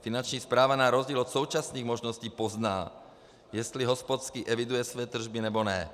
Finanční správa naopak od současných možností pozná, jestli hospodský eviduje své tržby, nebo ne.